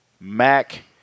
Mac